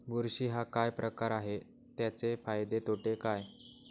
बुरशी हा काय प्रकार आहे, त्याचे फायदे तोटे काय?